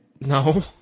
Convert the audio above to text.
No